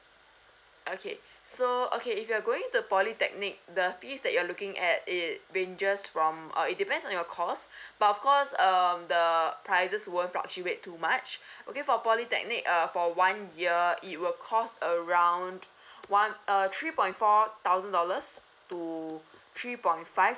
okay so okay if you're going to polytechnic the fees that you're looking at it ranges from uh it depends on your course but of course um the prices won't fluctuate too much okay for polytechnic uh for one year it will cost around one uh three point four thousand dollars to three point five